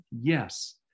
Yes